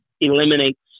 eliminates